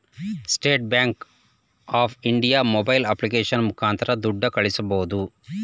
state Bank of India mobile application ಮುಖಾಂತರ ದುಡ್ಡು ಕಳಿಸಬೋದು